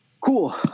Cool